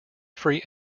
free